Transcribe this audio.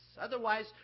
Otherwise